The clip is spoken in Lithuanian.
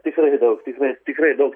tikrai daug tikrai tikrai daug